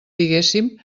diguéssim